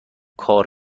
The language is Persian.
کار